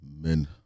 men